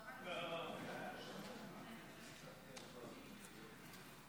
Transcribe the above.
קודם כול אני רוצה להתחיל בזה שכולנו חברים, זה לא